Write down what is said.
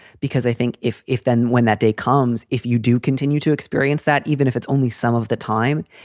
because i think if if then when that day comes, if you do continue to experience that, even if it's only some of the time,